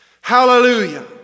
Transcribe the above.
Hallelujah